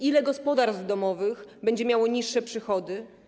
Ile gospodarstw domowych będzie miało niższe przychody?